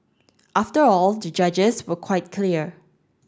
after all the judges were quite clear